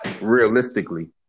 realistically